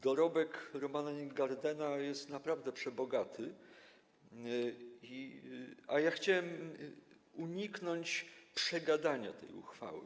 Dorobek Romana Ingardena jest naprawdę przebogaty, a ja chciałem uniknąć przegadania tej uchwały.